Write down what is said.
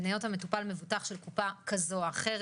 בהיות המטופל מבוטח של קופה כזו או אחרת.